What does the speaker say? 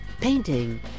painting